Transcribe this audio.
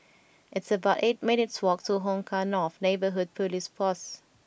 it's about eight minutes' walk to Hong Kah North Neighbourhood Police Post